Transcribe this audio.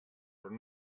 però